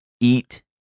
Eat